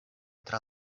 tra